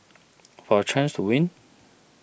for a chance to win